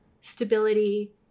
stability